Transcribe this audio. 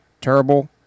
Terrible